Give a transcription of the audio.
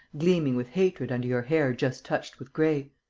gleaming with hatred under your hair just touched with gray.